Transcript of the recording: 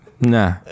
Nah